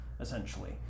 essentially